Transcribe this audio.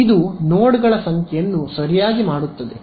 ಇದು ನೋಡ್ಗಳ ಸಂಖ್ಯೆಯನ್ನು ಸರಿಯಾಗಿ ಮಾಡುತ್ತದೆ